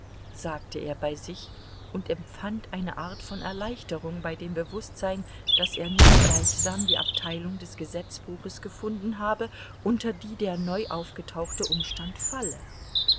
sagte er bei sich und empfand eine art von erleichterung bei dem bewußtsein daß er nun gleichsam die abteilung des gesetzbuches gefunden habe unter die der neu aufgetauchte umstand falle